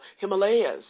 Himalayas